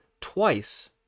twice